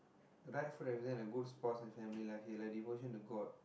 right foot every time I go sports and family like devotion to god